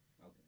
Okay